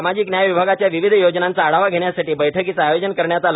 सामाजिक न्याय विभागाच्या विविध योजनांचा आढावा घेण्यासाठी बैठकीचे आयोजन करण्यात आले